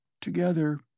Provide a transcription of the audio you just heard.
Together